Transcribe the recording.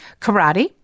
Karate